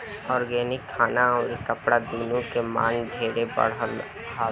organic खाना अउरी कपड़ा दूनो के मांग ढेरे बढ़ल बावे